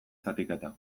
zatiketa